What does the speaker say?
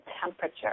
temperature